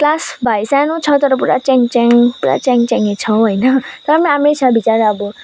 class भाइ सानो छ तर पुरा च्याङच्याङ पुरा च्याङच्याङे छ होइन तर पनि राम्रै छ विचारा अब